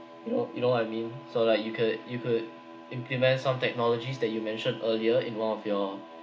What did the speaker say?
you know you know what I mean so like you could you could implement some technologies that you mentioned earlier in one of your